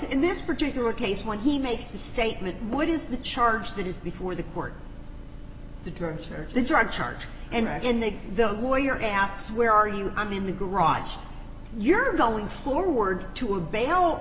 in this particular case when he makes the statement what is the charge that is the for the court the drugs or the drug charge and in that the lawyer asks where are you i'm in the garage you're going forward to a b